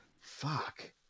fuck